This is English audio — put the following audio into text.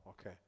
Okay